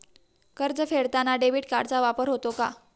कर्ज फेडताना डेबिट कार्डचा वापर होतो का?